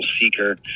seeker